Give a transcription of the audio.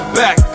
back